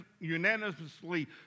unanimously